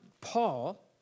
Paul